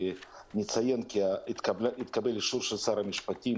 נציין כי התקבל אישורו של שר המשפטים